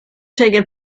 taken